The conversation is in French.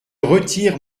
retire